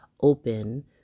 Open